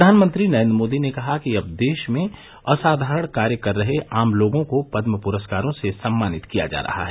प्रधानमंत्री नरेन्द्र मोदी ने कहा कि अब देश में असाधारण कार्य कर रहे आम लोगों को पदम पुरस्कारों से सम्मानित किया जा रहा है